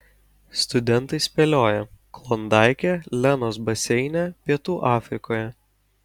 studentai spėlioja klondaike lenos baseine pietų afrikoje